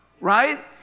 Right